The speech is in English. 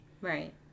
Right